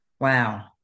Wow